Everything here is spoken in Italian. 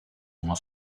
uno